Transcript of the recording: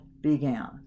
began